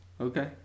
Okay